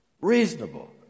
reasonable